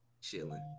chilling